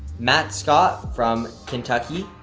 matt scott from kentucky.